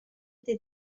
entre